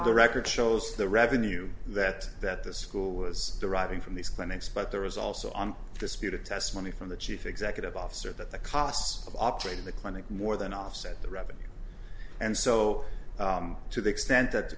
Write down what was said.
the record shows the revenue that that the school was deriving from these clinics but there was also on disputed testimony from the chief executive officer that the costs of operating the clinic more than offset the revenue and so to the extent that